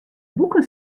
boeken